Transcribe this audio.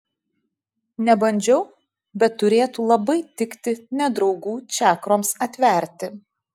nebandžiau bet turėtų labai tikti nedraugų čakroms atverti